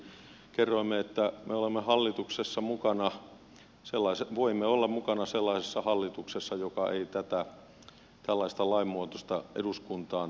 silloin kun hallitusneuvotteluja käytiin kerroimme että me voimme olla mukana sellaisessa hallituksessa joka ei tällaista lainmuutosta eduskuntaan tuo